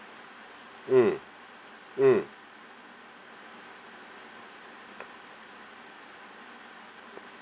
mm mm